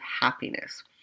happiness